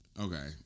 Okay